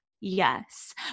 Yes